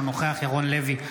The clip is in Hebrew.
אינו נוכח ירון לוי,